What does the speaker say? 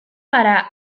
gara